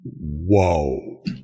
Whoa